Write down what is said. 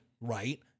Right